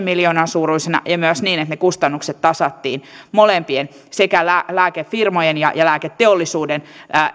miljoonan suuruisena ja myös niin että ne kustannukset tasattiin molempien sekä lääkefirmojen ja ja lääketeollisuuden